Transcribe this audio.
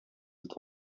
het